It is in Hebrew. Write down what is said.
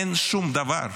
אין שום דבר.